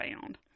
found